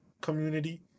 community